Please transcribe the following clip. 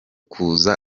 kuza